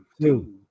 two